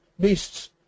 beasts